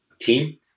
team